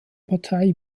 partei